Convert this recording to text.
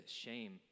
shame